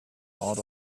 out